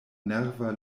nerva